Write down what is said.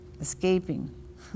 escaping